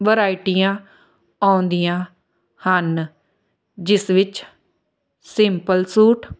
ਵਰਾਇਟੀਆਂ ਆਉਂਦੀਆਂ ਹਨ ਜਿਸ ਵਿੱਚ ਸਿੰਪਲ ਸੂਟ